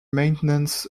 maintenance